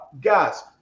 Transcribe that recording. Guys